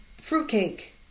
Fruitcake